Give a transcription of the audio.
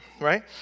right